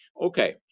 Okay